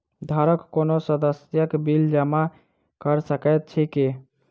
घरक कोनो सदस्यक बिल जमा कऽ सकैत छी की?